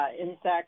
Insects